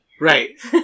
Right